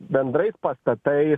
bendrais pastatais